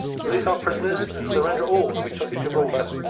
release our prisoners, and surrender all that we took at gibraltar.